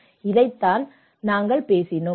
இதைத்தான் நாங்கள் பேசினோம்